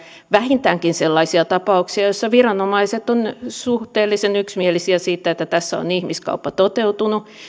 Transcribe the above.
vähintäänkin sellaisia tapauksia joissa viranomaiset ovat suhteellisen yksimielisiä siitä että tässä on ihmiskauppa toteutunut